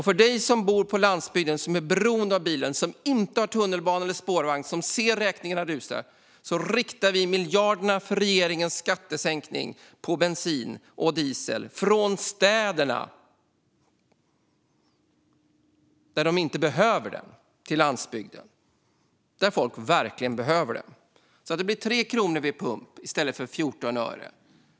För dig som bor på landsbygden, som är beroende av bilen och inte kan ta tunnelbana eller spårvagn och som ser räkningarna rusa riktar vi miljarderna för regeringens skattesänkning på bensin och diesel från städerna, där de inte behöver det, till landsbygden, där folk verkligen behöver det. Då blir det en sänkning med 3 kronor vid pump, i stället för 14 öre.